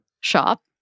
shop